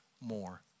more